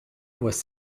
was